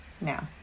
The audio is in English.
now